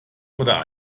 oder